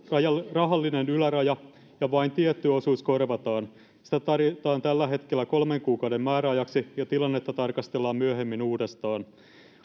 rahallinen yläraja ja vain tietty osuus korvataan sitä tarjotaan tällä hetkellä kolmen kuukauden määräajaksi ja tilannetta tarkastellaan myöhemmin uudestaan